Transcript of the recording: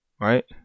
right